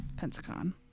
Pensacon